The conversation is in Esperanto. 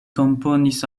komponis